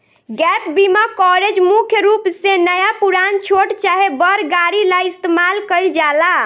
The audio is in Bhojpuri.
गैप बीमा कवरेज मुख्य रूप से नया पुरान, छोट चाहे बड़ गाड़ी ला इस्तमाल कईल जाला